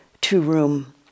two-room